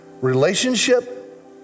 relationship